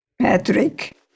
Patrick